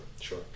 sure